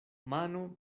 mano